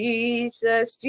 Jesus